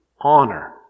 honor